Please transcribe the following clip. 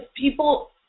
people